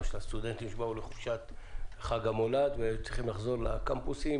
של הסטודנטים שבאו לחופשת חג המולד וצריכים לחזור לקמפוסים,